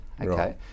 Okay